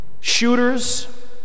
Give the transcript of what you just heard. shooters